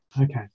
Okay